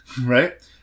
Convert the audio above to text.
right